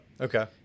Okay